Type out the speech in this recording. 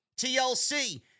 TLC